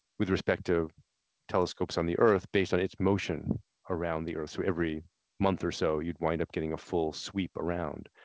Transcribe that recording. with respect to telescopes on the earth based on its motion around the earth. so every month or so you'd wind up getting a full sweep around.